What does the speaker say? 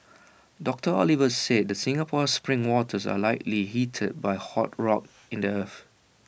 doctor Oliver said the Singapore spring waters are likely heated by hot rock in the earth